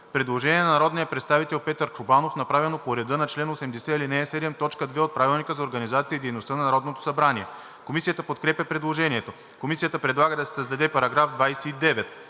Предложение на народния представител Петър Чобанов, направено по реда на чл. 80, ал. 7, т. 2 от Правилника за организацията и дейността на Народното събрание. Комисията подкрепя предложението. Комисията предлага да се създаде § 29: „§ 29.